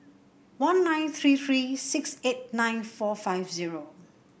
one nine three three six eight nine four five zero